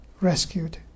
rescued